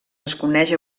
desconeix